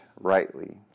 rightly